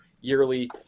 yearly